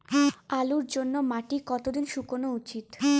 আলুর জন্যে মাটি কতো দিন শুকনো উচিৎ?